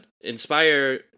inspire